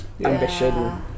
ambition